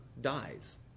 dies